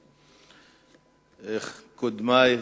קודמי,